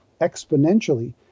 exponentially